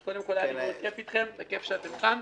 אז קודם כול, היה לי כייף אתכם, וכייף שאתם כאן.